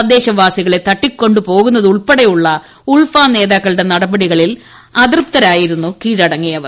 തദ്ദേശവാസികളെ തട്ടിക്കൊണ്ടുപോകുന്നതുൾപ്പെടെയുള്ള ഉൾഫാ നേതാക്കന്മാരുടെ നടപടികളിൽ അതൃപ്ത്തരായിരുന്നു ക്ലീഴട്ടങ്ങിയവർ